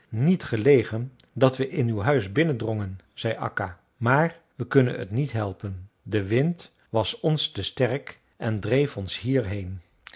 niet gelegen dat we in uw huis binnendrongen zei akka maar we kunnen het niet helpen de wind was ons te sterk en dreef ons hierheen